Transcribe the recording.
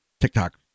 TikTok